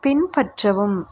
பின்பற்றவும்